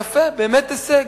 יפה, באמת הישג,